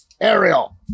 Ariel